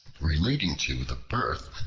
relating to the birth,